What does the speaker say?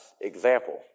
example